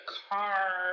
car